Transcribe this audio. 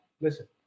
listen